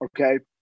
Okay